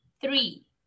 three